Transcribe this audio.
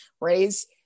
raise